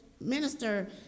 minister